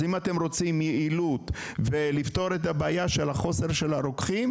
אז אם אתם רוצים יעילות ולפתור את הבעיה של חוסר ברוקחים,